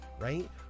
right